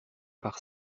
par